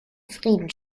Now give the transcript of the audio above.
frieden